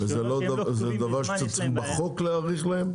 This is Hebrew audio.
אבל זה דבר שצריכים בחוק להאריך להם?